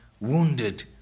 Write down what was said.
wounded